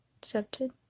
accepted